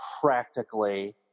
practically